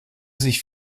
sich